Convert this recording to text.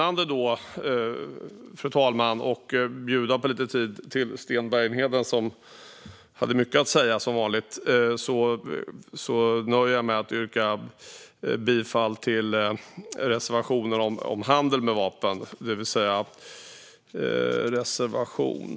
Jag ska bjuda Sten Bergheden på lite tid, eftersom han som vanligt hade mycket att säga. För tids vinnande nöjer jag mig därför med att yrka bifall till reservation 17 om handel med vapen.